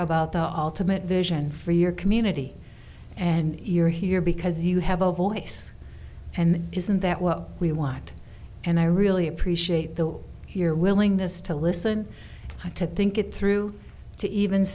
about the ultimate vision for your community and you're here because you have a voice and isn't that what we want and i really appreciate the your willingness to listen i to think it through to even